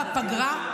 בפגרה.